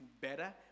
better